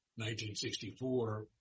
1964